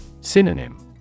Synonym